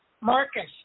Marcus